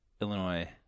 Illinois